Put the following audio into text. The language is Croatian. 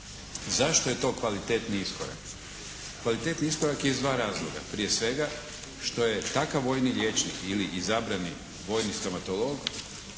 Zašto je to kvalitetni iskorak? Kvalitetni iskorak je iz dva razloga. Prije svega što je takav vojni liječnik ili izabrani vojni stomatolog